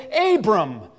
Abram